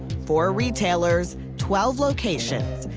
four retailers, twelve locations,